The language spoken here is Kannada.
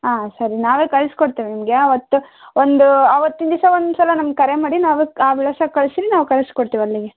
ಹಾಂ ಸರಿ ನಾವೇ ಕಳ್ಸ್ಕೊಡ್ತೀವಿ ನಿಮಗೆ ಆವತ್ತು ಒಂದು ಆವತ್ತಿನ ದಿವ್ಸ ಒಂದು ಸಲ ನಮ್ಗೆ ಕರೆ ಮಾಡಿ ನಾವೇ ಆ ವಿಳಾಸಕ್ಕೆ ಕಳಿಸಿರಿ ನಾವು ಕಳ್ಸ್ಕೊಡ್ತೀವಿ ಅಲ್ಲಿಗೆ